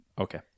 Okay